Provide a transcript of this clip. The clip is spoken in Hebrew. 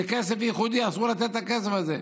שזה כסף ייחודי ואסור לתת את הכסף הזה.